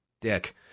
dick